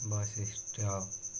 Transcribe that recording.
ବୈଶିଷ୍ଟ